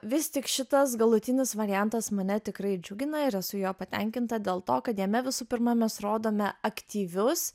vis tik šitas galutinis variantas mane tikrai džiugina ir esu juo patenkinta dėl to kad jame visų pirma mes rodome aktyvius